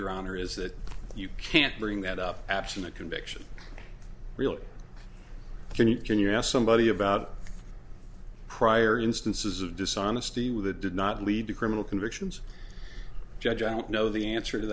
your honor is that you can't bring that up absent a conviction really can you can you ask somebody about prior instances of dishonesty with it did not lead to criminal convictions judge i don't know the answer to